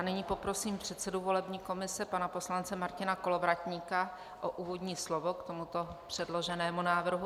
Nyní poprosím předsedu volební komise pana poslance Martina Kolovratníka o úvodní slovo k tomuto předloženému návrhu.